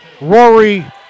Rory